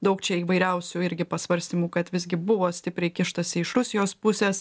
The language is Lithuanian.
daug čia įvairiausių irgi pasvarstymų kad visgi buvo stipriai kištasi iš rusijos pusės